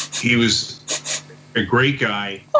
he was a great guy.